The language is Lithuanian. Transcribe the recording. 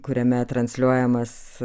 kuriame transliuojamas